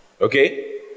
Okay